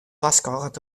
warskôget